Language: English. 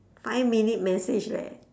five minute message leh